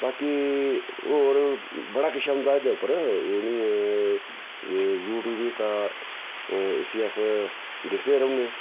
बाकी होर बड़ा किश औंदा एह्दे उप्पर ओह् नी ऐ यू ट्यूब जेह्का इसी अस दिखदे रौह्ने आं